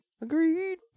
Agreed